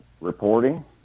reporting